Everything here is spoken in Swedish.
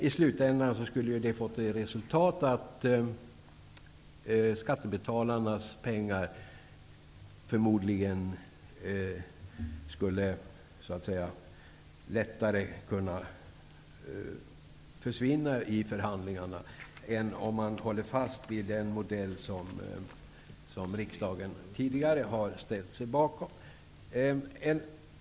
I slutändan skulle det få till resultat att skattebetalarnas pengar skulle så att säga lättare kunna försvinna i förhandlingarna än om man håller fast vid den modell som riksdagen tidigare har ställt sig bakom.